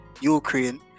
Ukraine